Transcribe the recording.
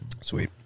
Sweet